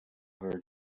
her